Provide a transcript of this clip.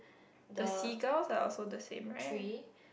the seagulls are also the same right